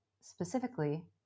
specifically